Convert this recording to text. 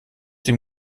dem